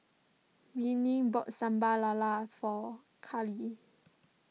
Renae bought Sambal Lala for Kaylee